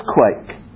earthquake